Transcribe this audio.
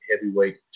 Heavyweight